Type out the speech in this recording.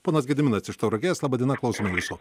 ponas gediminas iš tauragės laba diena klausėme maišų